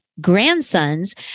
grandsons